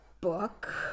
book